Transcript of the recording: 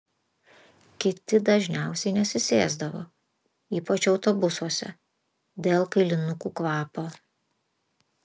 kiti dažniausiai nesisėsdavo ypač autobusuose dėl kailinukų kvapo